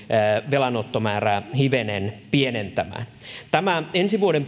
velanottomäärää hivenen pienentämään tämä ensi vuoden